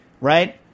right